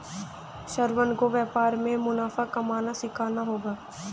श्रवण को व्यापार में मुनाफा कमाना सीखना होगा